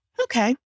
okay